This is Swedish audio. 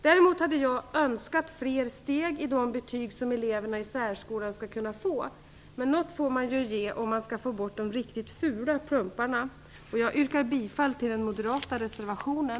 Däremot hade jag önskat fler steg i de betyg som eleverna i särskolan skall kunna få, men något får man ju ge om man skall få bort de riktigt fula plumparna. Jag yrkar bifall till den moderata reservationen.